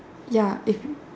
ya if